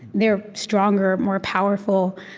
they're stronger, more powerful,